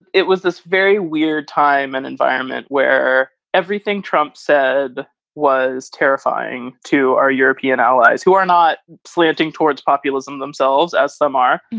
it was this very weird time, an environment where everything trump said was terrifying to our european allies who are not slanting towards populism themselves, as some are.